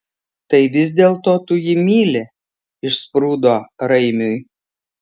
tai vis dėlto tu jį myli išsprūdo raimiui